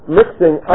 mixing